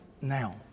now